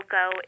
go